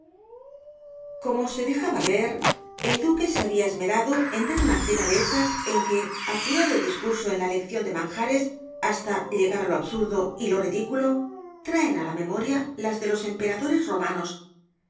como se deja ver el duque se había esmerado en dar una cena de esas en que apurado el discurso en la elección de manjares hasta llegar á lo absurdo y lo ridículo traen á la memoria las de los emperadores romanos